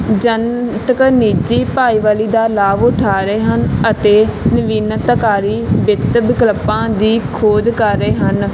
ਜਨਤਕ ਨਿੱਜੀ ਭਾਈਵਾਲੀ ਦਾ ਲਾਭ ਉਠਾ ਰਹੇ ਹਨ ਅਤੇ ਨਵੀਨਤਕਾਰੀ ਵਿੱਤ ਵਿਕਲਪਾਂ ਦੀ ਖੋਜ ਕਰ ਰਹੇ ਹਨ